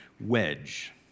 wedge